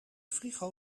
frigo